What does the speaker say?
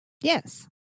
Yes